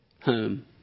home